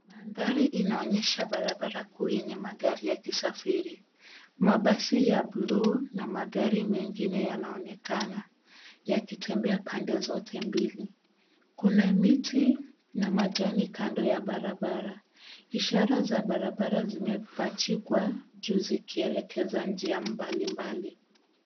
Mandhari inaonyesha barabara kuu yenye magari yakisafiri. Mabasi ya bluu na magari mengine yanaonekana yakitembea pande zote mbili. Kuna miti na majani kando ya barabara. Ishara za barabara zimepachikwa juu zikielekeza njia mbalimbali.